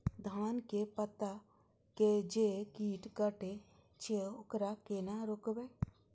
धान के पत्ता के जे कीट कटे छे वकरा केना रोकबे?